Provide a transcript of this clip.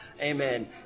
Amen